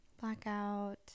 blackout